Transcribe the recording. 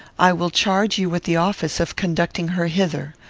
i will charge you with the office of conducting her hither.